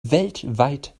weltweit